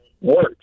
works